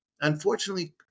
unfortunately